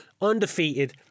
undefeated